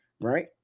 Right